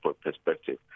perspective